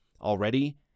already